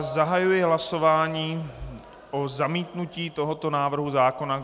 Zahajuji hlasování o zamítnutí tohoto návrhu zákona.